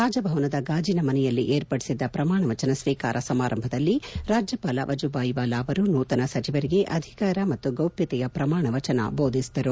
ರಾಜ್ಯಭವನದ ಗಾಜಿನಮನೆಯಲ್ಲಿ ಏರ್ಪಡಿಸಿದ್ದ ಪ್ರಮಾಣ ವಚನ ಸ್ವೀಕಾರ ಸಮಾರಂಭದಲ್ಲಿ ರಾಜ್ಯಪಾಲ ವಜುಭಾಯ್ ವಾಲಾ ಅವರು ನೂತನ ಸಚಿವರಿಗೆ ಅಧಿಕಾರ ಮತ್ತು ಗೌಪ್ಯತೆಯ ಪ್ರಮಾಣ ವಚನ ಬೋಧಿಸಿದರು